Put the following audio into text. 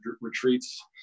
retreats